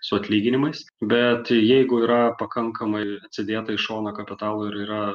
su atlyginimais bet jeigu yra pakankamai atsidėta į šoną kapitalo ir yra